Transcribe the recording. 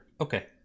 Okay